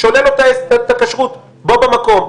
שולל לו את הכשרות בו במקום,